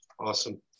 Awesome